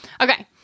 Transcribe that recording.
Okay